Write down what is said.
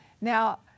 Now